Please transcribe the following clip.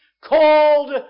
called